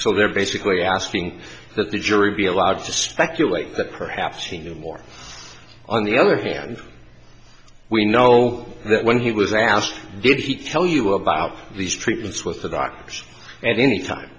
so they're basically asking that the jury be allowed to speculate that perhaps he knew more on the other hand we know that when he was asked did he tell you about these treatments with the doctors and any time